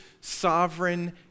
sovereign